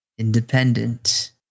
Independent